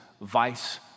vice